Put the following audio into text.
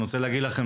אני רוצה להגיד לכם